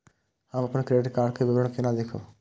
हम अपन credit card के विवरण केना देखब?